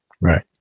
Right